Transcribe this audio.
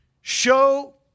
Show